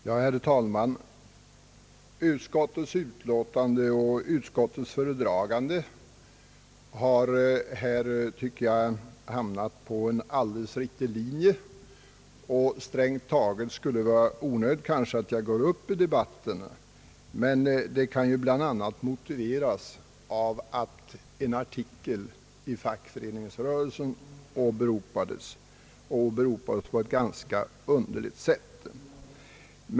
Herr talman! Utskottet och dess föredragande har enligt min uppfattning hamnat på en alldeles riktig linje. Strängt taget skulle det vara alldeles onödigt för mig att gå upp i debatten. Men ett inlägg kan bl.a. motiveras av att en artikel i Fackföreningsrörelsen åberopats på ett ganska underligt sätt.